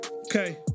Okay